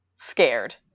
Scared